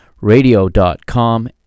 radio.com